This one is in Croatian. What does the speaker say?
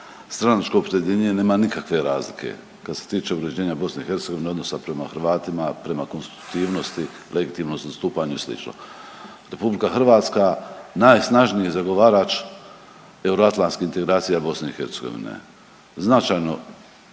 stranačko opredjeljenje nema nikakve razlike kad se tiče uređenja Bosne i Hercegovine, odnosa prema Hrvatima, prema konstitutivnosti, legitimnom zastupanju i slično. Republika Hrvatska najsnažniji je zagovarač euroatlantskih integracija Bosne